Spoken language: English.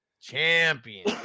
Champion